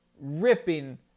ripping